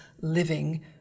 living